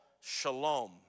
shalom